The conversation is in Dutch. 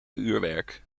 uurwerk